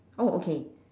oh okay